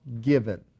given